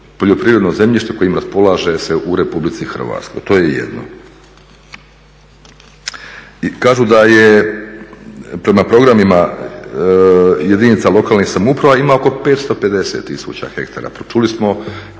poljoprivredno zemljište kojim raspolaže se u Republici Hrvatskoj? To je jedno. Kažu da prema programima jedinica lokalnih samouprava ima oko 550 hektara. Pa čuli smo